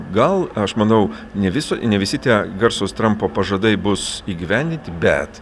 gal aš manau ne viso ne visi tie garsūs trampo pažadai bus įgyvendinti bet